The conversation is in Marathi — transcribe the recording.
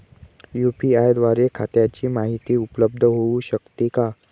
यू.पी.आय द्वारे खात्याची माहिती उपलब्ध होऊ शकते का?